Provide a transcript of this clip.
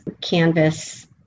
Canvas